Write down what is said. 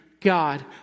God